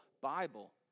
Bible